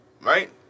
right